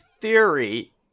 theory